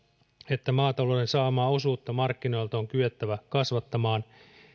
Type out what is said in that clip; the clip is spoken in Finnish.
että maatalouden saamaa osuutta markkinoilta on kyettävä kasvattamaan